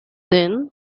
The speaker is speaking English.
then